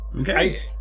okay